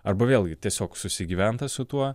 arba vėlgi tiesiog susigyventa su tuo